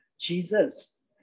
Jesus